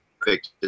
perfect